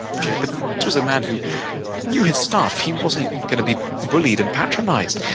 but this was a man who knew his stuff. he wasn't gonna be bullied and patronized.